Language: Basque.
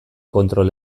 kontrol